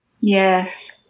Yes